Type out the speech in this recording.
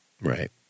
Right